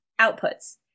outputs